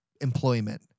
employment